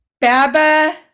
Baba